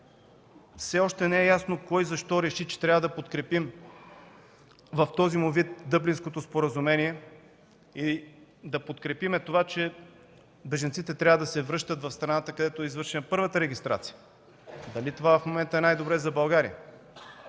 Все още не е ясно кой и защо реши, че трябва да подкрепим в този му вид Дъблинското споразумение и да подкрепим това, че бежанците трябва да се връщат в страната, където е извършена първата регистрация. Дали това в момента е най-добре за България?!